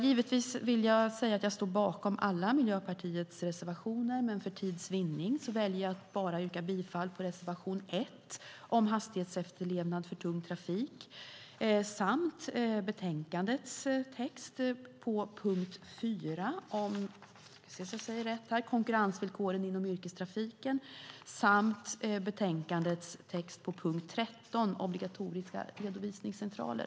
Givetvis vill jag säga att jag står bakom alla Miljöpartiets reservationer, men för tids vinnande väljer jag att bara yrka bifall till reservation 1 om hastighetsefterlevnad för tung trafik samt till utskottets förslag under punkt 4 om konkurrensvillkoren inom yrkestrafiken och under punkt 13 om obligatoriska redovisningscentraler.